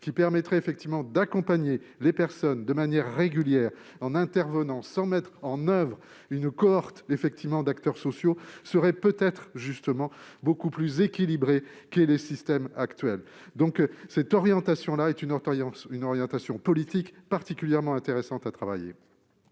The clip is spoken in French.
effectivement d'accompagner les personnes de manière régulière, sans mettre en action une cohorte d'acteurs sociaux, serait peut-être beaucoup plus équilibré que les systèmes actuels. C'est une orientation politique particulièrement intéressante à travailler.